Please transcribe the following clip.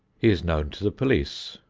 he is known to the police,